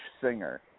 singer